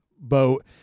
boat